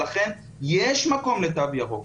לכן יש מקום לתו ירוק,